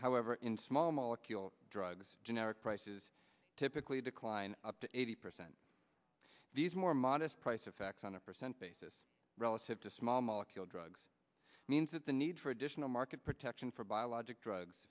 molecule drugs generic prices typically decline up to eighty percent these more modest price effects on a per cent basis relative to small molecule drugs means that the need for additional market protection for biologic drugs